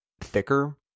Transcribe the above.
thicker